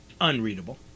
unreadable